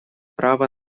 право